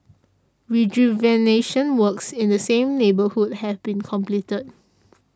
rejuvenation works in the same neighbourhood have been completed